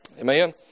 Amen